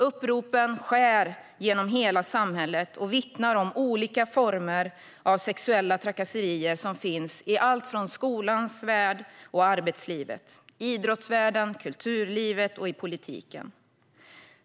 Uppropen skär genom hela samhället och vittnar om olika former av sexuella trakasserier som finns i allt från skolans värld och arbetslivet till idrottsvärlden, kulturlivet och politiken.